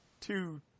two –